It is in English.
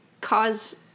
cause